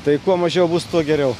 tai kuo mažiau bus tuo geriau